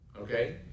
Okay